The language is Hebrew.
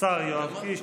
השר יואב קיש.